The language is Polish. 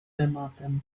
tematem